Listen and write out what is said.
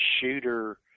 Shooter